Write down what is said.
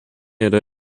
yra